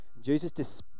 Jesus